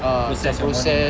ah macam process